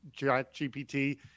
ChatGPT